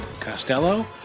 Costello